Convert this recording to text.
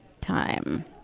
time